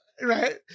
Right